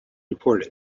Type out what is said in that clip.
report